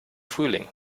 frühling